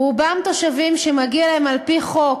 רובם תושבים שמגיע להם על-פי חוק